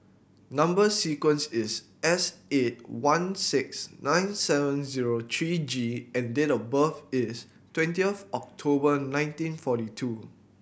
number sequence is S eight one six nine seven zero three G and date of birth is twentieth October nineteen forty two